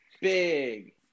big